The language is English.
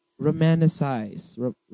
Romanticize